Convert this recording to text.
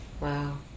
wow